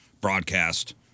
broadcast